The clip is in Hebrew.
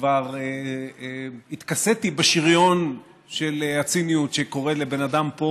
כבר התכסיתי בשריון של הציניות שקורית לבן אדם פה